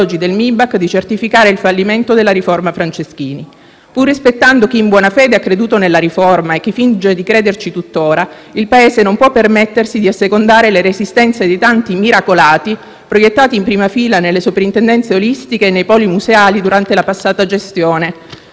del MIBAC di certificare il fallimento della riforma Franceschini. Pur rispettando chi in buona fede ha creduto nella riforma e chi finge di crederci tuttora, il Paese non può permettersi di assecondare le resistenze dei tanti "miracolati", proiettati in prima fila nelle Soprintendenze olistiche e nei Poli museali durante la passata gestione,